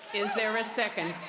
is there a second?